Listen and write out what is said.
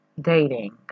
Dating